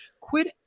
quit